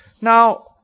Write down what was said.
Now